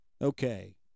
okay